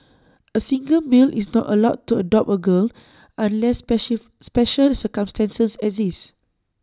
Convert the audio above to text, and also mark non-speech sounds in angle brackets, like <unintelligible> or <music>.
A single male is not allowed to adopt A girl unless <unintelligible> special circumstances exist